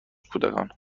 کودکان